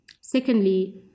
Secondly